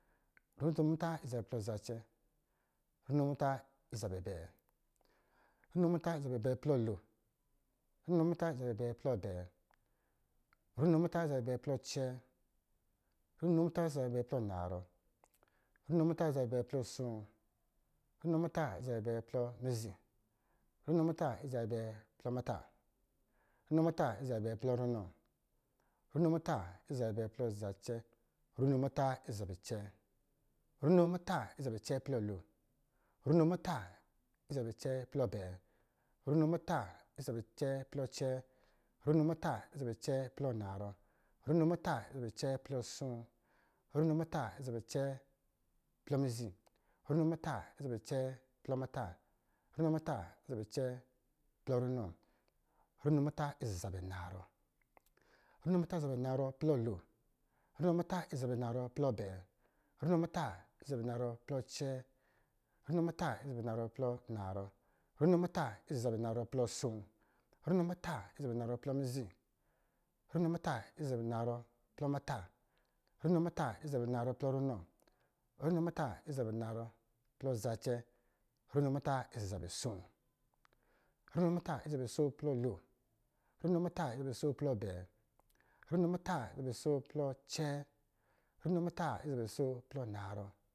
Runo muta ɔsɔ̄ zabɛ plɔ zacɛ, runo muta ɔsɔ̄ zabɛ abɛɛ plɔ lo, runo muta ɔsɔ̄ zabɛ abɛɛ plɔ abɛɛ, runo muta ɔsɔ̄ zabɛ abɛɛ plɔ acɛɛ, runo muta ɔsɔ̄ zabɛ abɛɛ plɔ anarɔ, runo muta ɔsɔ̄ zabɛ abɛɛ plɔ aspp, runo muta ɔsɔ̄ zabɛ abɛɛ plɔ mizi, runo muta ɔsɔ̄ zabɛ abɛɛ plɔ muta, runo muta ɔsɔ̄ zabɛ abɛɛ plɔ ranɔ, runo muta ɔsɔ̄ zabɛ abɛɛ plɔ zacɛ, runo muta ɔsɔ̄ zabɛ acɛɛ, runo muta ɔsɔ̄ zabɛ acɛɛ plɔ lon, runo muta ɔsɔ̄ zabɛ acɛɛ plɔ abɛɛ, runo muta ɔsɔ̄ zabɛ acɛɛ plɔ acɛɛ, runo muta ɔsɔ̄ zabɛ acɛɛ plɔ anarɔ, runo muta ɔsɔ̄ zabɛ acɛɛ plɔ asoo, runo muta ɔsɔ̄ zabɛ acɛɛ plɔ mizi, runo muta ɔsɔ̄ zabɛ acɛɛ plɔ muta, runo muta ɔsɔ̄ zabɛ acɛɛ plɔ runɔ, runo muta ɔsɔ̄ zabɛ acɛɛ plɔ zacɛ, runo muta ɔsɔ̄ zabɛ anarɔ, runo muta ɔsɔ̄ zabɛ anarɔ plɔ lon, runo muta ɔsɔ̄ zabɛ anarɔ plɔ abɛɛ, runo muta ɔsɔ̄ zabɛ anarɔ plɔ acɛɛ, runo muta ɔsɔ̄ zabɛ anarɔ plɔ anarɔ, runo muta ɔsɔ̄ zabɛ anarɔ plɔ asoo, runo muta ɔsɔ̄ zabɛ anarɔ plɔ mizi, runo muta ɔsɔ̄ zabɛ anarɔ plɔ muta, runo muta ɔsɔ̄ zabɛ anarɔ plɔ runɔ, runo muta ɔsɔ̄ zabɛ anarɔ plɔ zacɛ, runo muta ɔsɔ̄ zabɛ asoo, runo muta ɔsɔ̄ zabɛ asoo plɔ lon, runo muta ɔsɔ̄ zabɛ asoo plɔ abɛɛ, runo muta ɔsɔ̄ zabɛ asoo plɔ acɛɛ, runo muta ɔsɔ̄ zabɛ asoo plɔ anarɔ